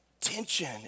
tension